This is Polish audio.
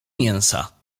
mięsa